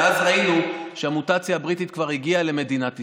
ואז ראינו שהמוטציה הבריטית כבר הגיעה למדינת ישראל,